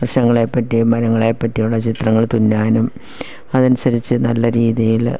വൃക്ഷങ്ങളെ പറ്റിയും മൃഗങ്ങളെ പറ്റി ഉള്ള ചിത്രങ്ങൾ തുന്നാനും അതനുസരിച്ച് നല്ല രീതിയില്